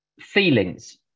Feelings